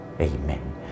Amen